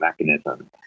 mechanism